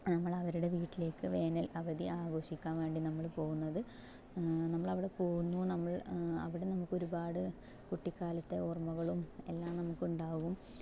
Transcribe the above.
നമ്മളവരുടെ വീട്ടിലേക്ക് വേനൽ അവധി ആഘോഷിക്കാൻ വേണ്ടി നമ്മള് പോകുന്നത് നമ്മളവിടെ പോകുന്നു അവിടെ നമുക്ക് ഒരുപാട് കുട്ടിക്കാലത്തെ ഓർമ്മകളും എല്ലാം നമുക്കുണ്ടാകും